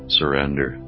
surrender